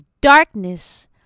darkness